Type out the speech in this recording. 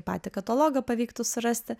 patį katalogą pavyktų surasti